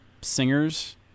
singers